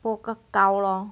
不够个高 lor